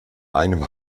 einem